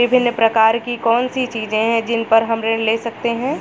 विभिन्न प्रकार की कौन सी चीजें हैं जिन पर हम ऋण ले सकते हैं?